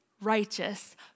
righteous